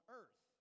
earth